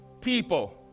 people